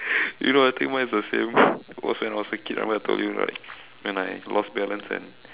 you know I think mine is the same was when I was a kid remember I told you right when I lost balance and